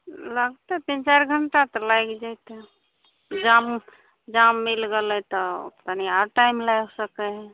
लगतै तिन चारि घण्टा तऽ लागि जेतै जामे जाम मिल गेलै तऽ तनी आर टाइम लागि सकै है